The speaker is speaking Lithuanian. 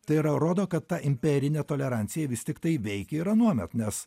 tai yra rodo kad ta imperinė tolerancija vis tiktai veikė ir anuomet nes